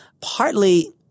Partly